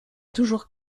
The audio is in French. toujours